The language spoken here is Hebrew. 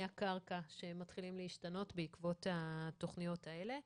הקרקע שמתחילים להשתנות בעקבות התכניות האלה.